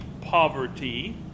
poverty